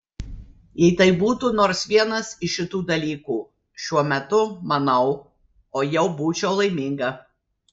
jei tai būtų nors vienas iš šitų dalykų šiuo metu manau oi jau būčiau laiminga